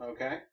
Okay